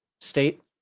state